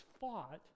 fought